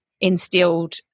instilled